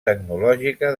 tecnològica